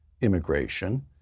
immigration